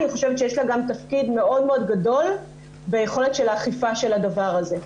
אני חושבת שיש לה תפקיד מאוד מאוד גדול ביכולת של אכיפת הדבר הזה.